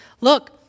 look